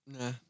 Nah